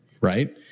right